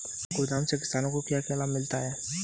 गोदाम से किसानों को क्या क्या लाभ मिलता है?